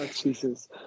Jesus